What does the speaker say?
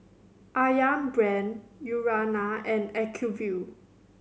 Ayam Brand Urana and Acuvue